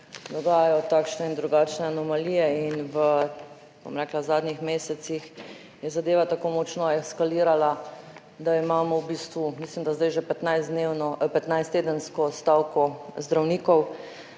dogajajo takšne in drugačne anomalije in v zadnjih mesecih je zadeva tako močno eskalirala, da imamo v bistvu, mislim, da zdaj že 15-tedensko stavko zdravnikov,